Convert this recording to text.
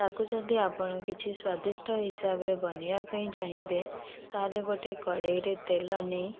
ତାକୁ ଯଦି ଆପଣ କିଛି ସ୍ଵାଦିଷ୍ଟ ହିସାବରେ ବନାଇବା ପାଇଁ ଚାହିଁବେ ତା'ହେଲେ ଗୋଟିଏ କଡ଼େଇରେ ତେଲ ନେଇ